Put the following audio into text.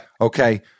Okay